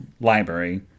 library